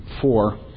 four